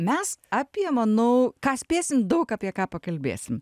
mes apie manau ką spėsim daug apie ką pakalbėsim